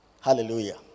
Hallelujah